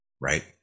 Right